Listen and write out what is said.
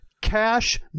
Cash